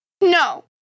No